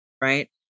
right